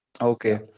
okay